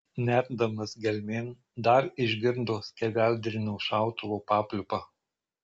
nerdamas gelmėn dar išgirdo skeveldrinio šautuvo papliūpą